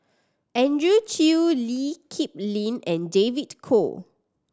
Andrew Chew Lee Kip Lin and David Kwo